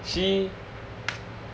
she